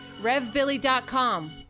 Revbilly.com